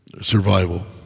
survival